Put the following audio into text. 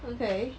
okay